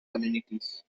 communities